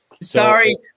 Sorry